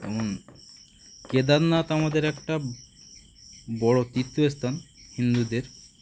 যেমন কেদারনাথ আমাদের একটা বড় তীর্থস্থান হিন্দুদের